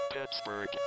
Pittsburgh